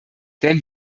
denn